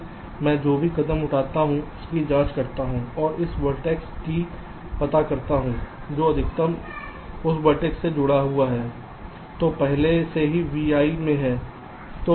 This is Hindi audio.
इसलिए मैं जो भी कदम उठाता हूं उसकी जांच करता हूं और एक वर्टेक्स T पता करता हूं जो अधिकतम उन वर्टिस से जुड़ा होता है जो पहले से ही Vi में हैं